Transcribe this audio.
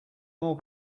more